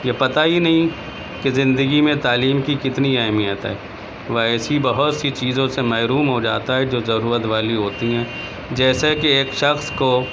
یہ پتا ہی نہیں کہ زندگی میں تعلیم کی کتنی اہمیت ہے وہ ایسی بہت سی چیزوں سے محروم ہو جاتا ہے جو ضرورت والی ہوتی ہیں جیسے کے ایک شخص کو